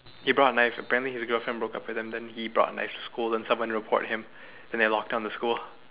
he brought a knife apparently his girlfriend broke up with him then he brought a knife to school then someone report him then they lock down the school